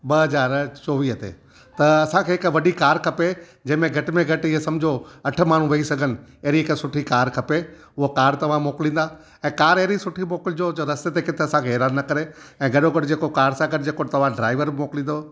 ॿ हज़ार चौवीह ते त असांखे हिकु वॾी कार खपे जंहिंमें घटि में घटि इहो सम्झो अठ माण्हू वही सघनि अहिड़ी हिकु सुठी कार खपे उहा कार तव्हां मोकिलींदा ऐं कार एॾी सुठी मोकिलिजो रस्ते ते किथे असांखे हैरान न करे ऐं गॾोगॾु कार सां जेको तव्हां ड्राइवर मोकिलींदव